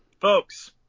Folks